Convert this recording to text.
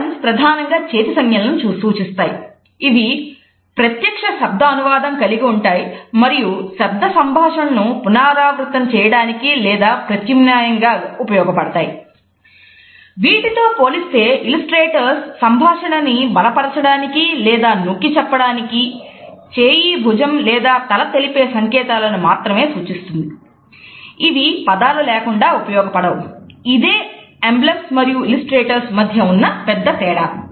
emblems మధ్య ఉన్నపెద్ద తేడా